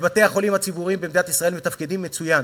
ובתי-החולים הציבוריים במדינת ישראל מתפקדים מצוין.